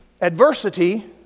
Adversity